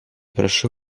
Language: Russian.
прошу